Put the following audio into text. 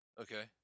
Okay